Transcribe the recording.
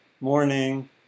morning